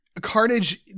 carnage